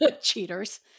Cheaters